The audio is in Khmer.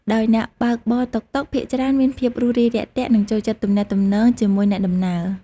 ដោយអ្នកបើកបរតុកតុកភាគច្រើនមានភាព រួសរាយរាក់ទាក់ និងចូលចិត្តទំនាក់ទំនងជាមួយអ្នកដំណើរ។